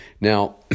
Now